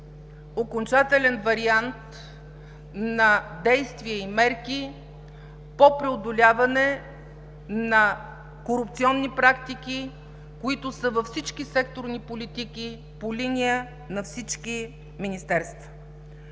окончателен вариант на действия и мерки по преодоляване на корупционни практики, които са във всички секторни политики по линия на всички министерства.